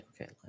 Okay